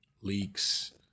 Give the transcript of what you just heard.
leaks